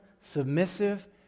submissive